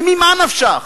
וממה נפשך?